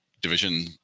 division